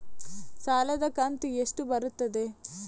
ಸಾಲದ ಕಂತು ಎಷ್ಟು ಬರುತ್ತದೆ?